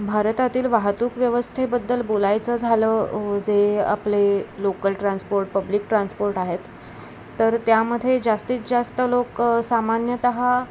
भारतातील वाहतूक व्यवस्थेबद्दल बोलायचं झालं जे आपले लोकल ट्रान्सपोर्ट पब्लिक ट्रान्सपोर्ट आहेत तर त्यामध्ये जास्तीत जास्त लोक सामान्यतः